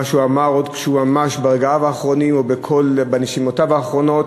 את מה שהוא אמר ממש ברגעיו האחרונים ובנשימותיו האחרונות,